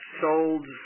sold